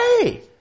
Hey